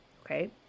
Okay